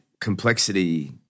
complexity